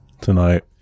tonight